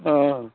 हाँ